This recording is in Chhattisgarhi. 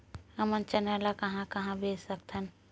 हमन चना ल कहां कहा बेच सकथन?